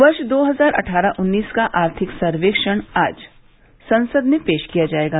वर्ष दो हजार अट्ठारह उन्नीस का आर्थिक सर्वेक्षण आज संसद में पेश किया जाएगा